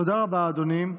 תודה רבה, אדוני.